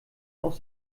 aus